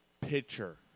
pitcher